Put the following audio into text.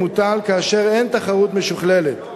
ומוטל כאשר אין תחרות משוכללת.